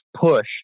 push